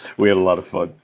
we had a lot of fun.